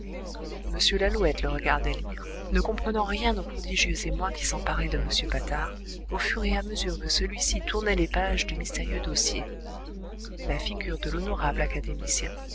m lalouette le regardait lire ne comprenant rien au prodigieux émoi qui s'emparait de m patard au fur et à mesure que celui-ci tournait les pages du mystérieux dossier la figure de l'honorable académicien